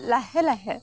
লাহে লাহে